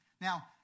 Now